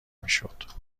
میشد